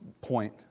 point